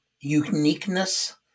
uniqueness